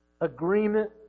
agreement